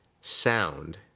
sound